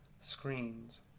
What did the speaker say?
screens